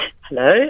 Hello